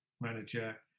manager